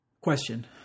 question